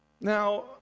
now